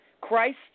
Christ